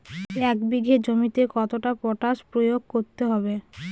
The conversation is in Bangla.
এক বিঘে জমিতে কতটা পটাশ প্রয়োগ করতে হবে?